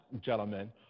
gentlemen